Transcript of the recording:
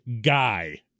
Guy